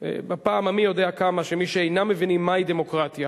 בפעם המי-יודע-כמה שמי שאינם מבינים מהי דמוקרטיה